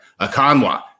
Akanwa